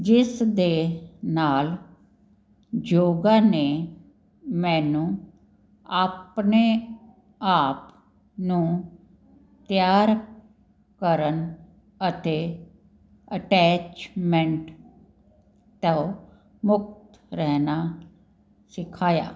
ਜਿਸ ਦੇ ਨਾਲ ਯੋਗਾ ਨੇ ਮੈਨੂੰ ਆਪਣੇ ਆਪ ਨੂੰ ਤਿਆਰ ਕਰਨ ਅਤੇ ਅਟੈਚਮੈਂਟ ਤੋਂ ਮੁਕਤ ਰਹਿਣਾ ਸਿਖਾਇਆ